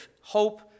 hope